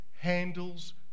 handles